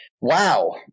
Wow